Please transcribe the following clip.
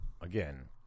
again